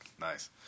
Nice